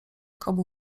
komu